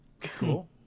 Cool